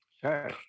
Sure